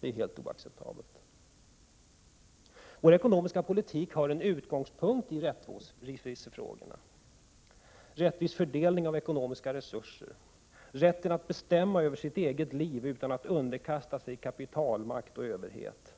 Det är helt oacceptabelt. Vpk:s ekonomiska politik har en utgångspunkt i rättvisefrågorna: Rättvis fördelning av ekonomiska resurser. Rätten att bestämma över sitt eget liv utan att underkasta sig kapitalmakt och överhet.